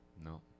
No